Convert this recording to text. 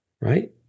right